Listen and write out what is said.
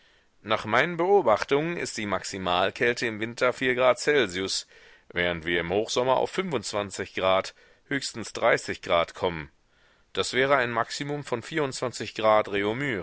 nach meinen beobachtungen ist die maximalkälte im winter celsius während wir im hochsommer auf höchstens kommen das wäre ein maximum von